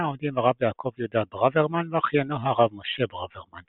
עומדים הרב יעקב יהודה ברוורמן ואחיינו הרב משה ברוורמן,